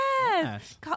Yes